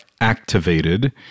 activated